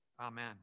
Amen